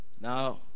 Now